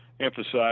emphasize